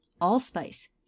Allspice